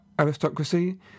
aristocracy